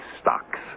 stocks